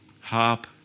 harp